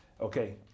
Okay